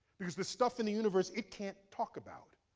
because there's stuff in the universe, it can't talk about,